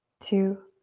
two,